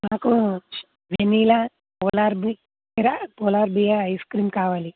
నాకు vanilla Polar Bear Polar Bear ice cream కావాలి